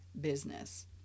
business